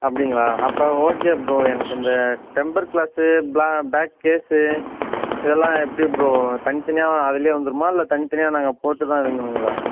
அப்படிங்களா அப்போ okay bro எனக்கு இந்த டெம்பர் கிளாஸு பிளா பேக் கேஸு இதெல்லாம் எப்படி ப்ரோ தனித்தனியா அதுலேயே வந்துடுமா இல்லை தனித்தனியா நாங்கள் போட்டுதான் இது பண்ணனுங்களா